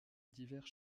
divers